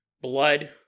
blood